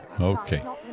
Okay